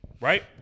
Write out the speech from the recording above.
right